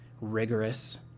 rigorous